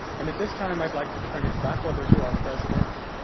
and at this time i'd like to turn it back over to our president,